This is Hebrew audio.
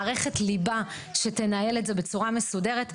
מערכת ליבה שתנהל את זה בצורה מסודרת,